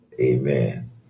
Amen